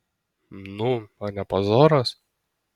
nu a ne pazoras